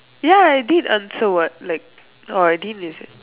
ya I did answer what like oh I didn't is it